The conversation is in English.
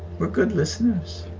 we're good listeners.